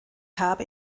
habe